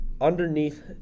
underneath